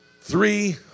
Three